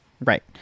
Right